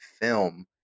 film